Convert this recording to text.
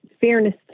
fairness